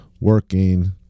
working